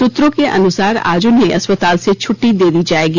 सूत्रों के अनुसार आज उन्हें अस्पताल से छुट्टी दे दी जाएगी